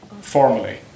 formally